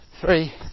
three